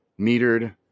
metered